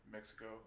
Mexico